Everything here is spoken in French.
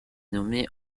nommé